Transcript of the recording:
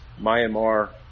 Myanmar